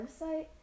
website